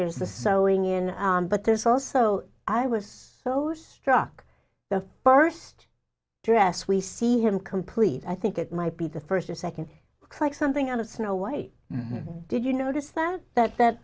there's the sewing in but there's also i was so struck the first dress we see him complete i think it might be the first or second crack something out of snow white did you notice that that that